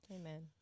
Amen